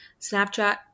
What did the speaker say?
Snapchat